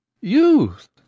Youth